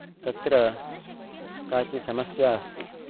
तत्र काचित् समस्या अस्ति